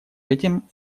этим